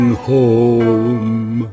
home